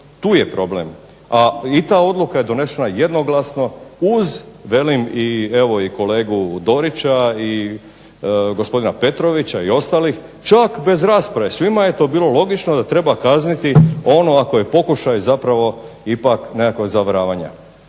Tu je problem. A i ta odluka je donesena jednoglasno uz velim i evo i kolegu Dorića i gospodina Petrovića i ostalih čak bez rasprave, svima je to bilo logično da treba kazniti onoga tko je pokušao i zapravo ipak nekakvog zavaravanja.